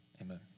Amen